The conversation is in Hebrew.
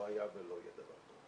לא היה ולא יהיה דבר כזה.